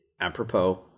apropos